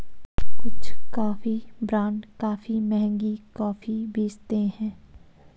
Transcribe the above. कुछ coffee brand काफी महंगी कॉफी बेचते हैं